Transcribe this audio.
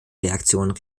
reaktionen